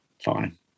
fine